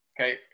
Okay